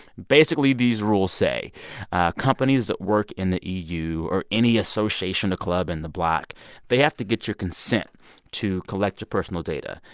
basically, these rules say companies that work in the eu or any association or club in the bloc they have to get your consent to collect your personal data.